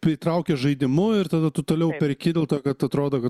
pritraukia žaidimu ir tada tu toliau perki dėl to kad atrodo